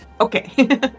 Okay